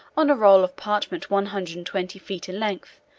on a roll of parchment one hundred and twenty feet in length,